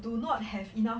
do not have enough